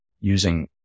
using